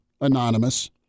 anonymous